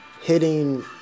hitting